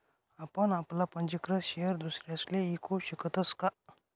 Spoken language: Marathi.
आपण आपला पंजीकृत शेयर दुसरासले ईकू शकतस का?